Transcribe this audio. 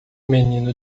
menino